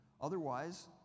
Otherwise